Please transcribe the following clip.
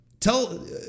Tell